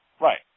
Right